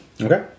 Okay